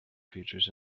features